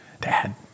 Dad